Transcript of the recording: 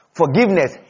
forgiveness